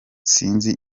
sinzi